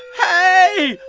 hey,